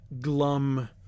glum